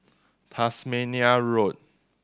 Tasmania Road